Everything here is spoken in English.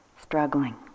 struggling